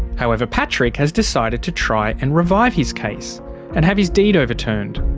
however patrick has decided to try and revive his case and have his deed overturned.